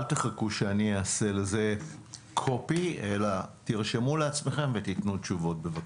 אל תחכו שאני אעשה לזה קופי אלא תרשמו לעצמכם ותיתנו תשובות בבקשה.